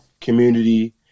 community